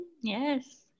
Yes